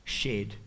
shed